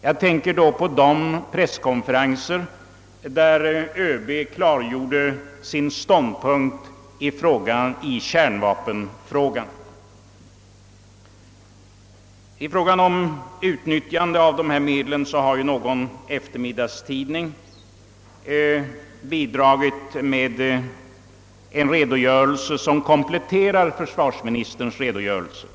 Jag tänker härvid på de presskonferenser, där ÖB klargjorde sin ståndpunkt i kärnvapenfrågan. En eftermiddagstidning har vidare beträffande utnyttjandet av dessa medel bidragit med en redogörelse, vilken kompletterar försvarsministerns framställning.